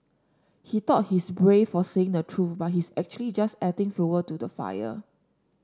he thought he's brave for saying the truth but he's actually just adding fuel to the fire